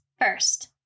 first